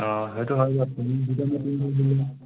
অঁ সেইটো হয়